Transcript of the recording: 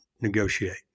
negotiate